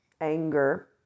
anger